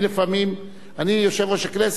אני יושב-ראש הכנסת,